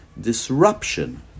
disruption